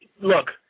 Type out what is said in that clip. look